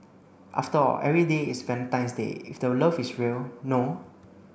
after all every day is Valentine's Day if the love is real no